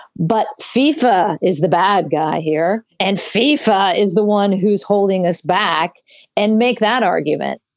but fifa is the bad guy here. and fifa is the one who's holding us back and make that argument.